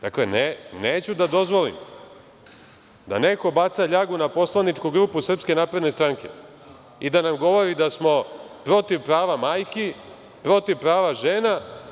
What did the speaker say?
Dakle, neću da dozvolim da neko baca ljagu na poslaničku grupu SNS i da nam govori da smo protiv prava majki, protiv prava žena.